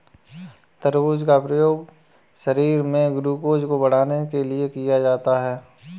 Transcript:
तरबूज का प्रयोग शरीर में ग्लूकोज़ को बढ़ाने के लिए किया जाता है